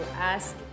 ask